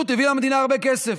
וזה פשוט הביא למדינה הרבה כסף.